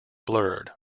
blurred